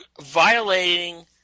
violating